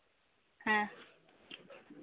ᱦᱮᱸ